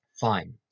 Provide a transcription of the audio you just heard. Fine